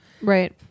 Right